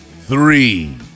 Three